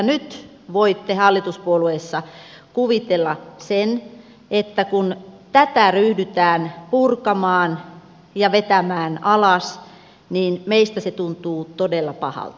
nyt voitte hallituspuolueissa kuvitella sen että kun tätä ryhdytään purkamaan ja vetämään alas niin meistä se tuntuu todella pahalta